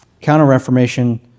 Counter-Reformation